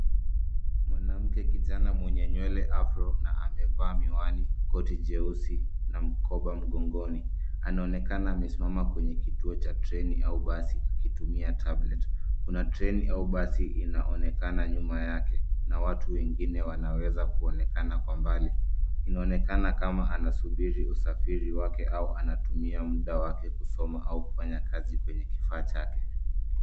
Mwanamke kijana mwenye nywele afro na amevaa miwani, koti jeusi na mkoba mgongoni, anaonekana amesimama kwenye kituo cha treni au basi akitumia tablet . Kuna treni au basi inaonekana nyuma yake na watu wengine wanaweza kuonekana kwa mbali. Inaonekana kama anasubiri usafiri wake au anatumia muda wake kusoma au kufanya kazi kwenye kifaa chake.